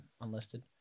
unlisted